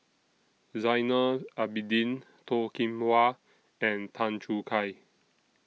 Zainal Abidin Toh Kim Hwa and Tan Choo Kai